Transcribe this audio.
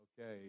Okay